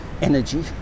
energy